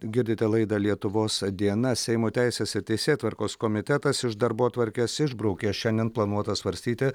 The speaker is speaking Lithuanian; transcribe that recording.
girdite laidą lietuvos diena seimo teisės ir teisėtvarkos komitetas iš darbotvarkės išbraukė šiandien planuotas svarstyti